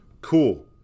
Cool